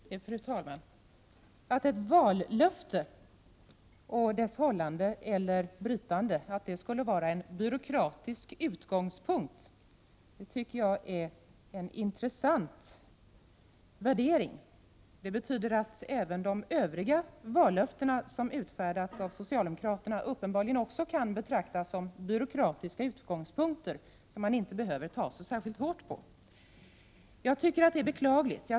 Fru talman! Att ett vallöfte och dess hållande eller brytande skulle vara en byråkratisk utgångspunkt tycker jag är en intressant värdering. Det betyder att de övriga vallöften som utfärdas av socialdemokraterna uppenbarligen också kan betraktas som ”byråkratiska utgångspunkter”, som man inte behöver ta så särskilt hårt på. Jag tycker att detta är beklagligt.